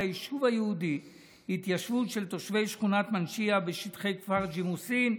היישוב היהודי התיישבות של תושבי שכונת מנשייה בשטחי כפר ג'מאסין,